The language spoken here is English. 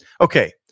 Okay